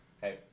hey